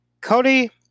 Cody